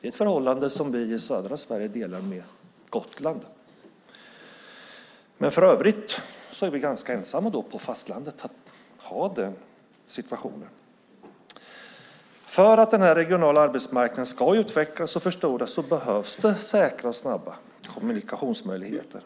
Det är ett förhållande som vi i södra Sverige delar med Gotland, men för övrigt är vi ganska ensamma på fastlandet om denna situation. För att den regionala arbetsmarknaden ska utvecklas och förstoras behövs säkra och snabba kommunikationsmöjligheter.